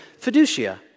fiducia